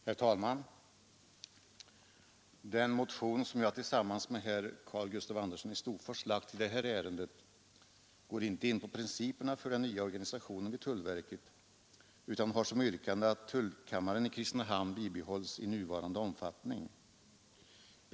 Herr talman! Den motion som jag tillsammans med herr Karl Gustav Andersson i Storfors har väckt i detta ärende går inte in på principerna för den nya organisationen vid tullverket utan har som yrkande att tullkammaren i Kristinehamn bibehålles i nuvarande omfattning.